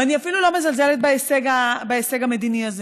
ואני אפילו לא מזלזלת בהישג המדיני הזה,